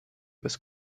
bez